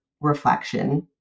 reflection